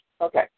Okay